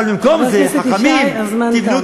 אבל במקום זה, חבר הכנסת ישי, הזמן תם.